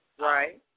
right